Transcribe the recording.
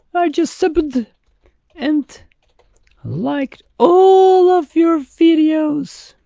i just subbed and liked all of your videos!